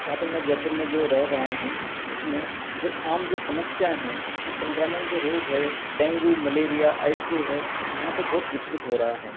जहाँ पर मैं जयपुर मैं जो रह रहा हूँ उसमें जो आम जो समस्याएं हैं जो संक्रमण जो रोग हैं डेंगू मलेरिया आईफ्लू है यहाँ पर बहुत विचलित हो रहा है